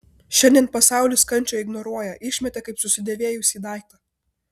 šiandien pasaulis kančią ignoruoja išmetė kaip susidėvėjusį daiktą